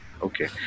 Okay